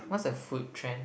what's a food trend